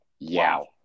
Wow